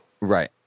Right